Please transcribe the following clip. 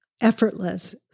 Effortless